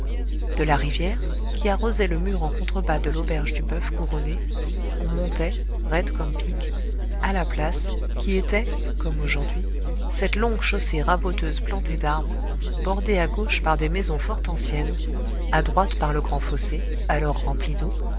de la rivière qui arrosait le mur en contre-bas de l'auberge du boeuf couronné on montait raide comme pique à la place qui était comme aujourd'hui cette longue chaussée raboteuse plantée d'arbres bordée à gauche par des maisons fort anciennes à droite par le grand fossé alors rempli d'eau